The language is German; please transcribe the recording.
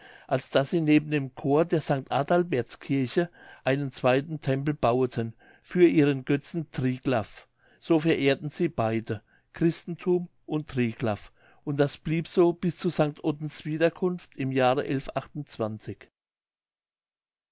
als daß sie neben dem chor der st adalbertskirche einen zweiten tempel baueten für ihren götzen triglaff so verehrten sie beide christum und triglaff und das blieb so bis zu st ottens wiederkunft im jahre